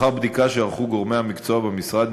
לאחר בדיקה שערכו גורמי המקצוע במשרד,